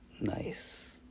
Nice